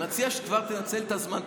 אני מציע שכבר תנצל את הזמן,